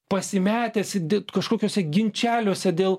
pasimetęs di kažkokiuose ginčeliuose dėl